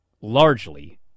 largely